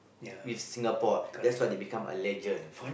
with Singapore that's why they become a legend